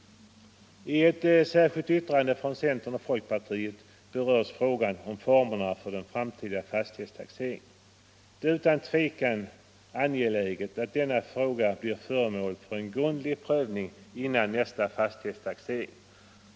I ett särskilt yttrande från centern och folkpartiet berörs frågan om formerna för den framtida fastighetstaxeringen. Det är utan tvivel angeläget att denna fråga blir föremål för en grundlig prövning före nästa fastighetstaxering.